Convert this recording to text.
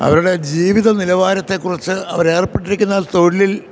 അവരുടെ ജീവിതനിലവാരത്തെക്കുറിച്ച് അവരേർപ്പെട്ടിരിക്കുന്ന തൊഴിലിൽ